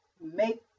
make